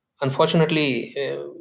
unfortunately